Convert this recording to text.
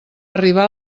arribar